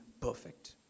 perfect